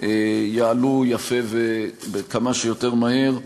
יעלו יפה, וכמה שיותר מהר,